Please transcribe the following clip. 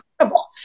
incredible